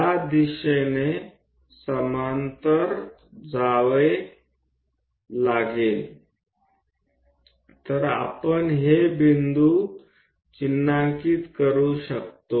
આ દિશામાં સમાંતર રીતે જાઓ કે જેથી આપણે આ બિંદુઓને ચિહ્નિત કરી શકીએ